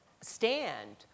stand